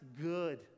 good